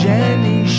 Jenny